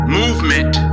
movement